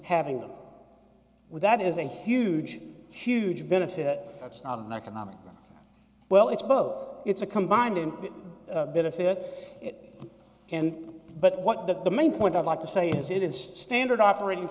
them with that is a huge huge benefit that's not an economic well it's both it's a combined in benefit and but what that the main point i'd like to say is it is standard operating